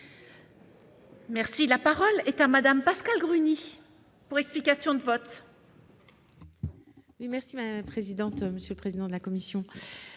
La parole est à Mme Pascale Gruny, pour explication de vote.